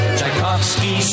Tchaikovsky